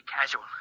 casual